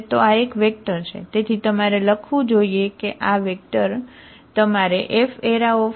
તો આ એક વેક્ટર છે તેથી તમારે લખવું જોઈએ કે આ વેક્ટર છે